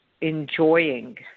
enjoying